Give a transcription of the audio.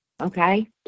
Okay